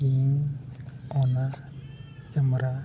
ᱤᱧ ᱚᱱᱟ ᱠᱮᱢᱮᱨᱟ